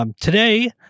Today